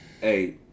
Hey